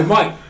Mike